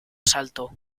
asalto